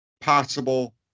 possible